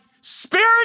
Spirit